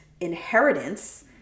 inheritance